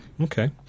Okay